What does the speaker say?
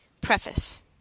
Preface